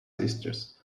sisters